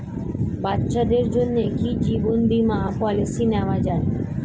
বাচ্চাদের জন্য কি জীবন বীমা পলিসি নেওয়া যায়?